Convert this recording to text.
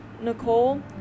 Nicole